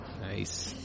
Nice